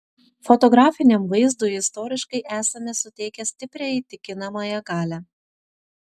fotografiniam vaizdui istoriškai esame suteikę stiprią įtikinamąją galią